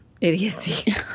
Idiocy